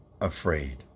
afraid